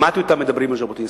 שמעתי אותם מדברים על ז'בוטינסקי,